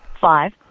Five